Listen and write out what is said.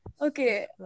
Okay